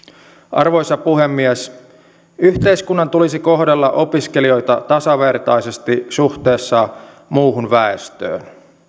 arvoisa puhemies yhteiskunnan tulisi kohdella opiskelijoita tasavertaisesti suhteessa muuhun väestöön